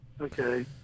Okay